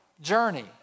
journey